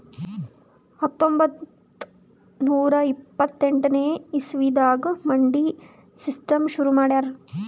ಹತ್ತೊಂಬತ್ತ್ ನೂರಾ ಇಪ್ಪತ್ತೆಂಟನೇ ಇಸವಿದಾಗ್ ಮಂಡಿ ಸಿಸ್ಟಮ್ ಶುರು ಮಾಡ್ಯಾರ್